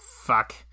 fuck